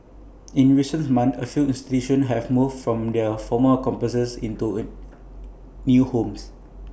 in recent months A few institutions have moved from their former campuses into new homes